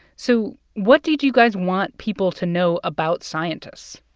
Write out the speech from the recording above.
so what did you guys want people to know about scientists?